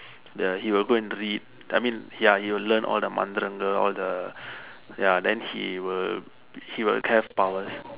the he will go and read I mean ya you will learn all the மந்திரங்கள்:mandthirangkal all the ya then he will he will have powers